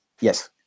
Yes